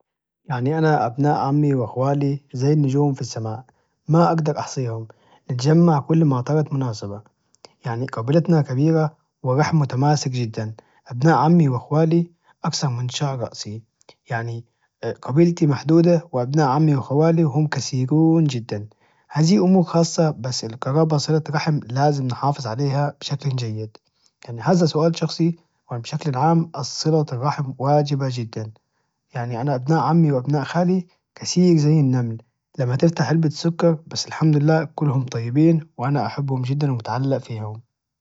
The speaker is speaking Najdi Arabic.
يعني أنا أبناء عمي واخوالي زي النجوم في السماء ما أجدر احصيهم نتجمع كل ما اعطرت مناسبة يعني قبيلتنا كبيرة ورحم متماسك جدا أبناء عمي واخوالي اكثر من شعر رأسي يعني قبيلتي محدودة وأبناء عمي واخوالي هم كثيرون جدا هذه أمور خاصة بس القرابة صلة الرحم لازم نحافظ عليها بشكلٍ جيد يعني هذا سؤال شخصي وبشكل عام بس صلة الرحم واجبة جدا يعني أنا أبناء عمي وأبناء خالي كثير زي النمل لما تفتح علبة سكر بس الحمد لله كلهم طيبين وأنا أحبهم جدا واتعلق فيهم